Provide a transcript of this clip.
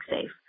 safe